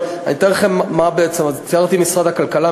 אני אתאר לכם: ציינתי את משרד הכלכלה,